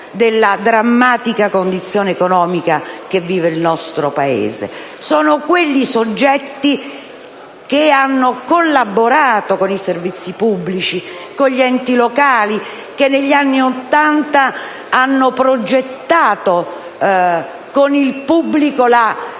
della drammatica condizione economica che vive il nostro Paese. Sono quelli i soggetti che hanno collaborato con i servizi pubblici e con gli enti locali, che negli anni Ottanta hanno progettato con il pubblico la